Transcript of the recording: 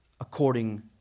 according